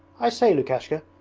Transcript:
i say, lukashka,